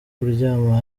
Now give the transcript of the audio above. kuryama